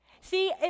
See